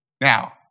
Now